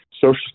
Social